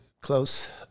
close